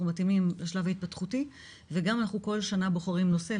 בהתאם לשלב ההתפתחותי וגם אנחנו כל שנה בוחרים נושא.